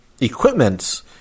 equipment